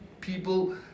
People